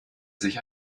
sich